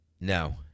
no